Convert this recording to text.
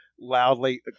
loudly